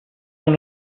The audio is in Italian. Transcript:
con